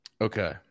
Okay